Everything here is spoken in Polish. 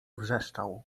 wrzeszczał